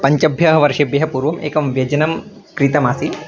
पञ्चभ्यः वर्षेभ्यः पूर्वम् एकं व्यजनं क्रीतमासीत्